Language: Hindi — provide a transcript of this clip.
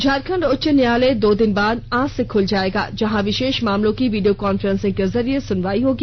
झारखंड उच्च न्यायालय दो दिन बाद आज से खुल जायेगा जहां विशेष मामलों की वीडियो कॉन्फ्रेंसिंग के जरिए सुनवाई होगी